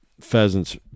pheasants